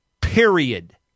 period